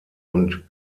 und